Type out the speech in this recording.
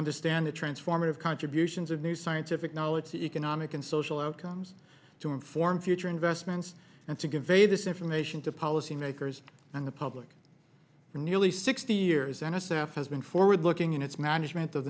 understand the transformative contributions of new scientific knowledge the economic and social outcomes to inform future investments and to give a this information to policymakers and the public for nearly sixty years n s f has been forward looking in its management